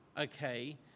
okay